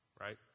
right